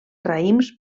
raïms